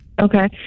Okay